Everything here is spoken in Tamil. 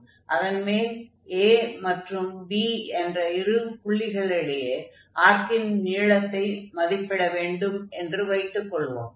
அதன் மேல் a மற்றும் b என்ற இரு புள்ளிகளிடையே ஆர்க்கின் நீளத்தை மதிப்பிட வேண்டும் என்று வைத்துக் கொள்வோம்